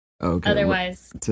otherwise